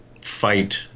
fight